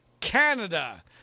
Canada